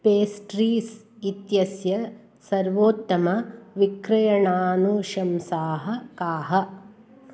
pastries इत्यस्य सर्वोत्तमविक्रयणानुशंसाः काः